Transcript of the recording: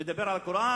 הוא מדבר על הקוראן,